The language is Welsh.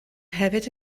hefyd